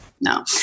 no